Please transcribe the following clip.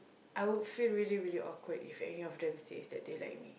I would feel really really awkward if any of them says that they like me